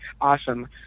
awesome